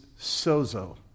sozo